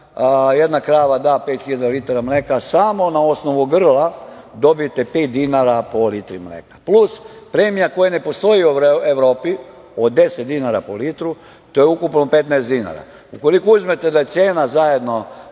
jedna krava da 5.000 litara mleka, samo na osnovu grla dobijete pet dinara po litru mleka, plus premija koja ne postoji u Evropi, od 10 dinara po litru, to je ukupno 15 dinara. Ukoliko uzmete da je cena zajedno